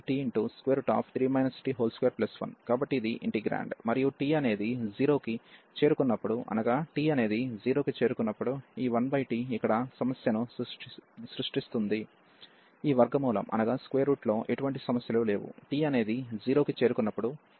మరియు t అనేది 0 కి చేరుకున్నప్పుడు అనగా t అనేది 0 కి చేరుకున్నప్పుడు ఈ 1t ఇక్కడ సమస్యను సృష్టిస్తుంది ఈ వర్గ మూలం లో ఎటువంటి సమస్యలు లేవు t అనేది 0 కి చేరుకున్నప్పుడు బౌండెడ్ గా ఉంటుంది